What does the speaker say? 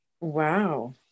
Wow